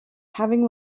having